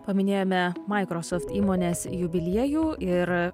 paminėjome microsoft įmonės jubiliejų ir